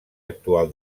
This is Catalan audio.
actual